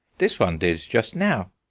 this one did just now.